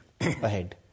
ahead